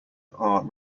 are